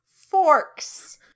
forks